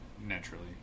naturally